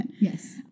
Yes